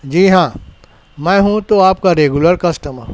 جی ہاں میں ہوں تو آپ کا ریگولر کسٹمر